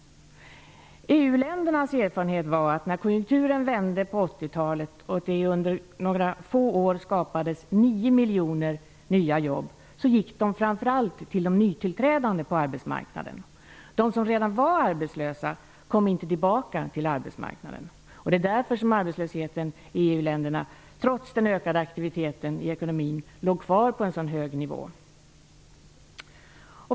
EU-ländernas erfarenhet är att när konjunkturen på 80-talet vände och det under några få år skapades 9 miljoner nya jobb gick de nya jobben framför allt till de nytillträdande på arbetsmarknaden. De som redan var arbetslösa kom inte in på arbetsmarknaden igen. Det var därför som arbetslösheten i EU-länderna, trots ökad akvititet i ekonomin, låg kvar på en hög nivå.